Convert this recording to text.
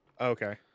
okay